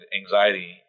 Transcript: anxiety